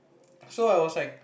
so I was like